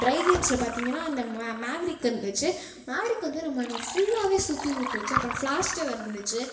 try கேம்ஸில் பார்த்தீங்கன்னா அந்த மே மேகரிக்கன் வச்சு மேகரிக் வந்து நம்மளை ஃபுல்லாகவே சுற்றி விட்டுருச்சு அப்புறம் ஃப்ளாஷ் டவர் வேறு இருந்துச்சு